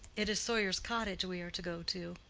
it is sawyer's cottage we are to go to.